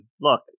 look